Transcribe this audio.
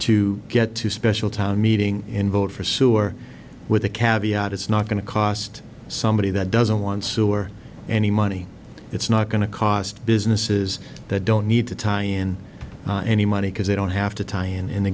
to get to special town meeting in vote for sewer with a caviar it's not going to cost somebody that doesn't want sewer any money it's not going to cost businesses that don't need to tie in any money because they don't have to tie in in the